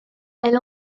elle